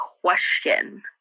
question